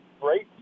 great